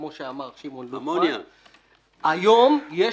כפי שאמר שמעון - היום יש